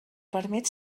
permet